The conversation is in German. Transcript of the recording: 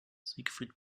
siegfried